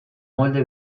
molde